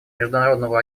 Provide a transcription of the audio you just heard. международному